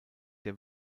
der